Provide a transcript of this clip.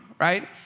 right